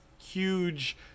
huge